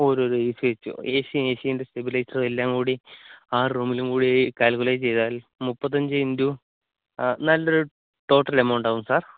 ഓരോരോ A C വച്ചു A C ഏസിന്റെ സ്റ്റെബിലൈസറും എല്ലാം കൂടി ആറ് റൂമിലും കൂടെ കാല്കുലേറ്റ് ചെയ്താല് മുപ്പത്തി അഞ്ച് ഇൻ്റു ആ നല്ല ഒരു ടോട്ടല് എമൌണ്ട് ആകും സാര്